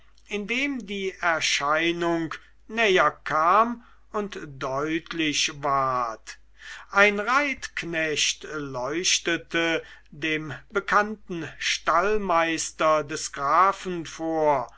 indem die erscheinung näher kam und deutlich ward ein reitknecht leuchtete dem bekannten stallmeister des grafen vor